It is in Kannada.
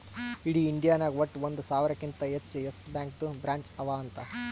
ಇಡೀ ಇಂಡಿಯಾ ನಾಗ್ ವಟ್ಟ ಒಂದ್ ಸಾವಿರಕಿಂತಾ ಹೆಚ್ಚ ಯೆಸ್ ಬ್ಯಾಂಕ್ದು ಬ್ರ್ಯಾಂಚ್ ಅವಾ ಅಂತ್